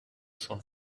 schon